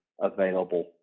available